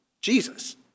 Jesus